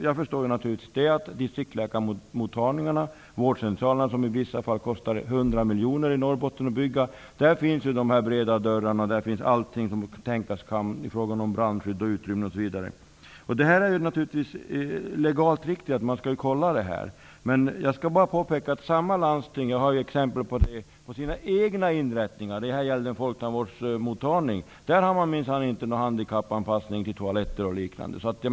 Jag förstår naturligtvis att distriktsläkarmottagningarna och vårdcentralerna, som i vissa fall kostar 100 miljoner att bygga i Norrbotten, har breda dörrar och allt som tänkas kan i fråga om brandskydd, utrymning osv. Det är naturligtvis riktigt att man skall kontrollera det här. Jag skall bara påpeka att samma landsting, jag har exempel på det, minsann inte har handikappanpassning på toaletterna på sin folktandvårdsmottagning.